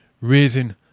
raising